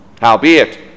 Howbeit